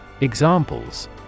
Examples